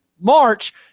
March